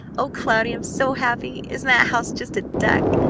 o cloudy! i'm so happy! isn't that house just a duck?